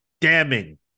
damning